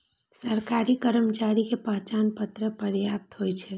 सरकारी कर्मचारी के पहचान पत्र पर्याप्त होइ छै